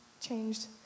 changed